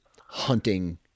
hunting